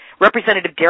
Representative